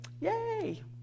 yay